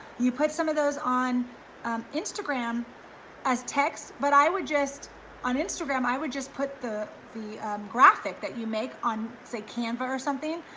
you put some of those on um instagram as texts, but i would just on instagram, i would just put the the graphic that you make on say canvas or something,